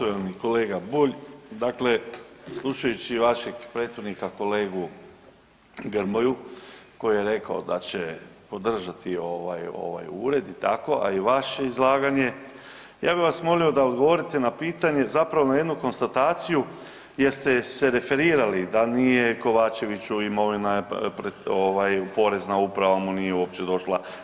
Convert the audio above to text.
E poštovani kolega Bulj, dakle, slušajući vašeg prethodnika, kolegu Grmoju koji je rekao da će podržati ovaj Ured i tako, ali i vaše izlaganje, ja bi vas molio da odgovorite na pitanje, zapravo na jednu konstataciju gdje ste se referirali da nije Kovačeviću imovina, porezna uprava mu nije uopće došla.